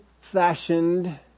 fashioned